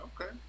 Okay